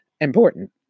important